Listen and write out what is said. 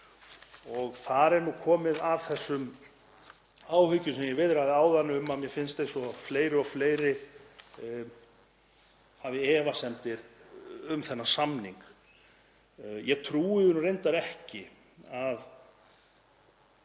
úr. Þar er nú komið að þessum áhyggjum sem ég viðraði áðan um að mér finnst eins og fleiri og fleiri hafi efasemdir um þennan samning. Ég trúi því reyndar ekki að